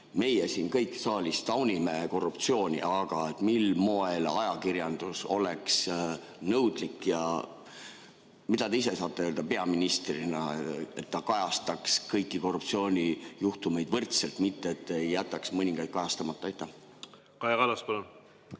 Meie siin saalis kõik taunime korruptsiooni. Aga mil moel ajakirjandus peaks olema nõudlik ja mida te ise saate öelda peaministrina, et ta kajastaks kõiki korruptsioonijuhtumeid võrdselt, mitte ei jätaks mõningaid kajastamata? Kaja Kallas,